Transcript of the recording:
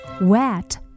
wet